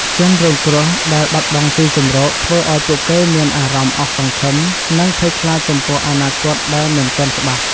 ជនរងគ្រោះដែលបាត់បង់ទីជម្រកធ្វើឱ្យពួកគេមានអារម្មណ៍អស់សង្ឃឹម និងភ័យខ្លាចចំពោះអនាគតដែលមិនទាន់ច្បាស់។